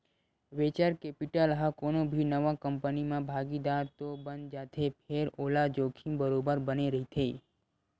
venture capital ह कोनो भी नवा कंपनी म भागीदार तो बन जाथे फेर ओला जोखिम बरोबर बने रहिथे